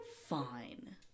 Fine